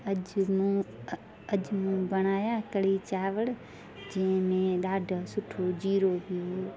अॼु मूं अॼु मूं बनाया कढ़ी चांवर जंहिंमे ॾाढो सुठ जीरो बि